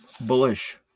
bullish